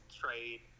trade